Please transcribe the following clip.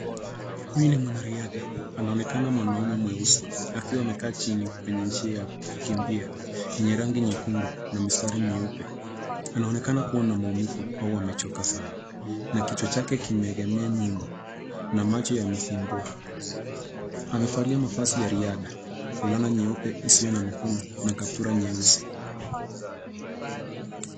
Huyu ni mwanariadha. Anaonekana mwanamume mweusi akiwa amekaa chini kwenye njia ya kukimbia yenye rangi nyekundu na mistari meupe. Anaonekana kuwa na maumivu au amechoka sana na kichwa chake kimeegemea nyuma na macho yamefumbua. Amevalia mavazi ya riadha fulana nyeupe isiyo na mikono na kaptura nyeusi.